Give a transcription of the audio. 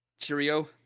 Cheerio